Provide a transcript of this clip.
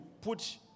put